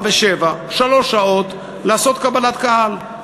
16:00 ו-19:00, שלוש שעות, לקבל קהל.